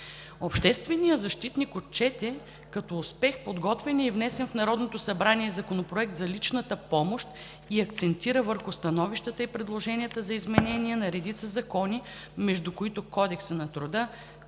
Общественият защитник отчете като успех подготвения и внесен в Народното събрание Законопроект за личната помощ и акцентира върху становищата и предложенията за изменения на редица закони – Кодекса на труда,